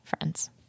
friends